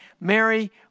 Mary